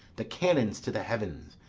the cannons to the heavens,